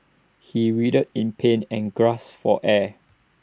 he writhed in pain and gasped for air